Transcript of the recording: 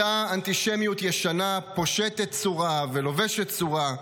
אותה אנטישמיות ישנה פושטת צורה ולובשת צורה,